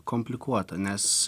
komplikuota nes